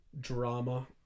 drama